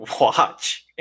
watch